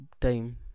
time